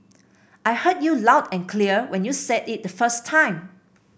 I heard you loud and clear when you said it the first time